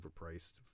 overpriced